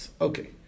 Okay